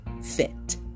Fit